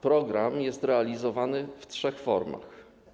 Program jest realizowany w trzech formach.